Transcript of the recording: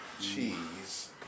cheese